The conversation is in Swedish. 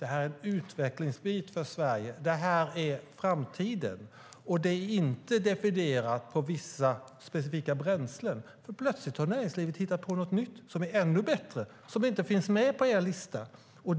Det här är en utvecklingsbit för Sverige. Det här är framtiden, och det är inte definierat på vissa specifika bränslen. Plötsligt har nämligen näringslivet hittat på något nytt som är ännu bättre och inte finns med på er lista.